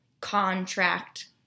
contract